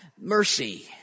mercy